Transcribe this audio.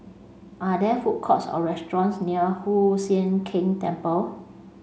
are there food courts or restaurants near Hoon Sian Keng Temple